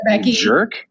Jerk